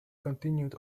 continued